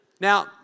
now